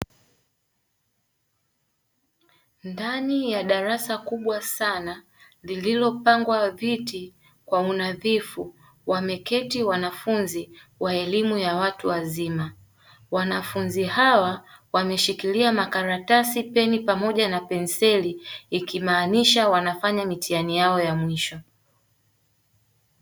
Ndani ya darasa kubwa sana lililopangwa viti kwa unadhifu, wameketi wanafunzi wa elimu ya watu wazima. Wanafunzi hawa wameshikilia makaratasi, peni pamoja na penseli; ikimaanisha wanafanya mitihani yao ya mwisho.